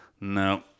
No